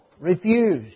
refused